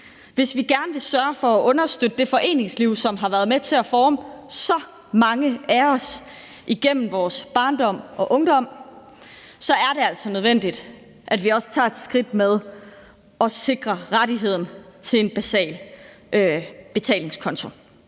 hvis vi gerne vil sørge for at understøtte det foreningsliv, som har været med til at forme så mange af os igennem vores barndom og ungdom, så er det altså nødvendigt, at vi også tager et skridt mod at sikre rettigheden til en basal betalingskonto.